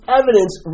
evidence